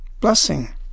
blessing